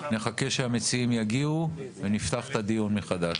נחכה שהמציעים יגיעו ונפתח את הדיון מחדש.